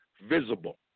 visible